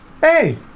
Hey